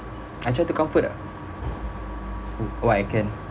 I try to comfort uh what I can